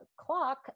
clock